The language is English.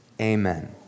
Amen